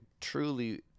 truly